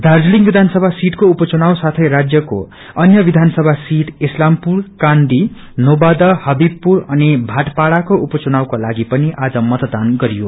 दार्जीलिङ विधानसभा सिटको उपचुनाव साथै राण्यको अन्य विधान सभा सिट इस्लापुर बाँदी नोवादा हवीबपुर अनि भटपाङाको उपचुनावको लागि पनि आज मतदान गरियो